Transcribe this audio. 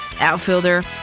outfielder